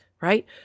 right